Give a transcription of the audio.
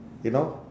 you know